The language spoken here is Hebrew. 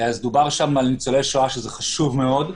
אז דובר שם על ניצולי שואה שזה חשוב מאוד,